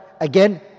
again